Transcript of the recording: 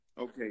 okay